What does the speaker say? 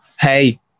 Hey